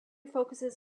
focuses